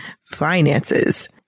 finances